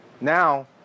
now